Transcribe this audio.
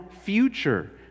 future